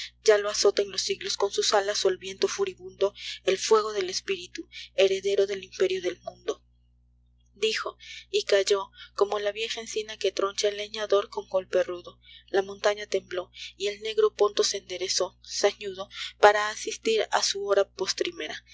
ya lo azoten los siglos con sus alas o el viento furibundo el fuego del espíritu heredero del imperio del mundo dijo y cayó como la vieja encina que troncha el leñador con golpe rudo la montaña tembló y el negro ponto se enderezó zañudo para asistir á su hota postrimera